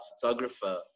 photographer